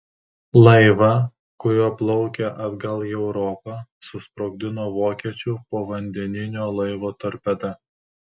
laivą kuriuo plaukė atgal į europą susprogdino vokiečių povandeninio laivo torpeda